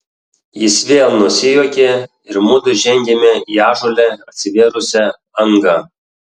jis vėl nusijuokė ir mudu žengėme į ąžuole atsivėrusią angą